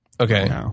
Okay